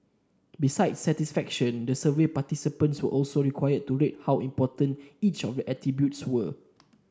besides satisfaction the survey participants were also required to rate how important each of the attributes were